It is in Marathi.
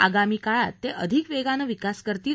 आगामी काळात ते अधिक वेगाने विकास करतील